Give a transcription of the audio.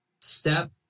step